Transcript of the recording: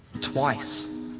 Twice